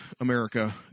America